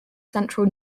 central